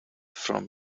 from